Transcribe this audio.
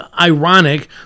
ironic